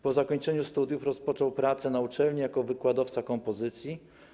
Po zakończeniu studiów rozpoczął pracę na uczelni jako wykładowca kompozycji.